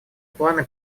планы